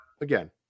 again